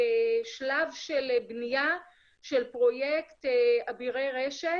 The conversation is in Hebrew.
בשלב של בניה של פרויקט 'אבירי רשת'